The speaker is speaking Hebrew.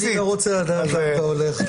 אני לא רוצה לדעת לאן אתה הולך.